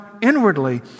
inwardly